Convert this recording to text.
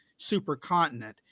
supercontinent